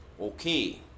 okay